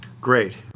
Great